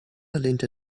lehnte